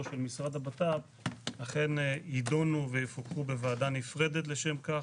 של משרד הבט"פ אכן יידונו בוועדה נפרדת לשם כך.